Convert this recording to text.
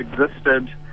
existed